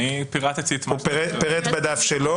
אני פירטתי --- הוא פירט בדף שלו.